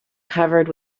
covered